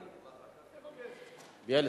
איפה בילסקי?